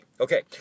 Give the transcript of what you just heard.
Okay